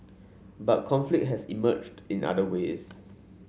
but conflict has emerged in other ways